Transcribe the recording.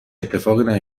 اتفاقی